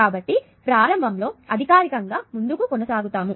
కాబట్టి ప్రారంభంలో అధికారికంగా ముందుకు కొనసాగుతాను